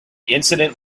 incident